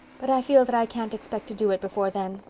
but i feel that i can't expect to do it before then,